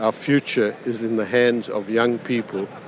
ah future is in the hands of young people,